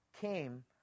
came